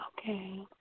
Okay